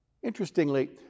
Interestingly